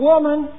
Woman